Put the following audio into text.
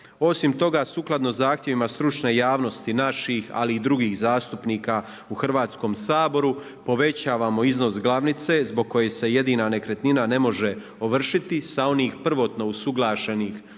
Osim toga sukladno zahtjevima stručne javnosti naših ali i drugih zastupnika u Hrvatskom saboru povećavamo iznos glavnice zbog kojeg se jedina nekretnina ne može ovršiti sa onih prvotno usuglašenih